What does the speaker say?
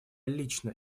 лично